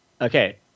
okay